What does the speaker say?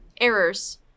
errors